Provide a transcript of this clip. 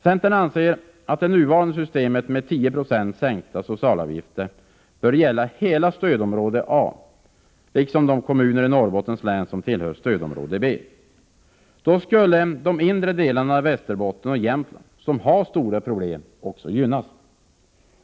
Centern anser att det nuvarande systemet med 10 96 i sänkta socialavgifter bör gälla hela stödområde A samt de kommuner i Norrbottens län som tillhör stödområde B. Då skulle de inre delarna av Västerbotten och Jämtland, som har stora problem, gynnas.